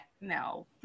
No